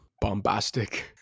bombastic